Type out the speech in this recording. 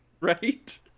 Right